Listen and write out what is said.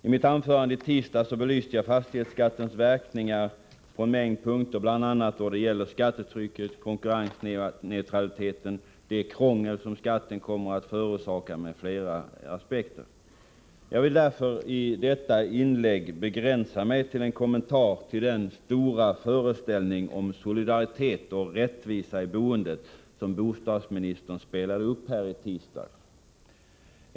I mitt anförande i tisdags belyste jag fastighetsskattens verkningar på en mängd punkter, då det gäller skattetrycket, konkurrensneutraliteten, då det gäller det krångel som skatten kommer att förorsaka, med flera aspekter. Jag vill därför i detta inlägg begränsa mig till en kommentar till den stora föreställning om solidaritet och rättvisa i boendet som bostadsministern spelade upp här i tisdags.